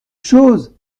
chose